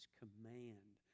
command